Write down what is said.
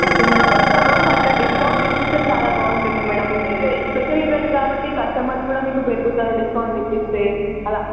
okay madam వస్తాము but discount ఇస్తే చాలా బాగుంటుంది మ్యాడమ్ స్పెషల్ ఈవెంట్ కాబట్టి కస్టమర్స్ కూడా మీకు పెరుగుతారు డిస్కౌంట్ ఇస్తే అలా